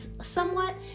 Somewhat